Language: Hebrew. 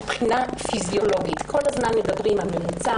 מבחינה פיזיולוגית כל הזמן מדברים על ממוצע,